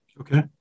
Okay